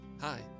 Hi